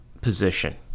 position